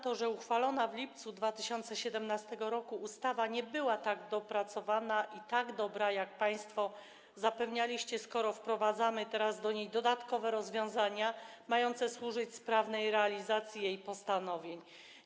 to, że uchwalona w lipcu 2017 r. ustawa nie była tak dopracowana i tak dobra, jak państwo zapewnialiście, skoro wprowadzamy teraz do niej dodatkowe rozwiązania mające służyć sprawnej realizacji jej postanowień.